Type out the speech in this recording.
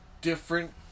Different